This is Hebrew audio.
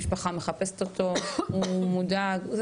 המשפחה שלו חיפשה אותו והוא היה ממש מודאג.